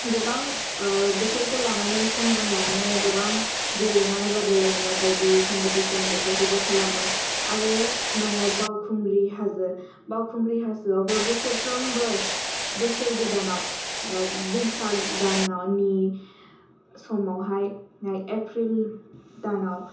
गोबां बोथोरखौ लानानै समजों लानानै गोबां गेलेनाय बादायलायनाय बायदि कम्पिटिसन बेफोरखौबो खालामो आरो दङ बाउखुंग्रि हाजो बाउखुंग्रि हाजोआवबो बोसोरफ्रोमबो बोसोर गोदानाव लाइक बैसाग दानाव नि समावहाय एप्रिल दानाव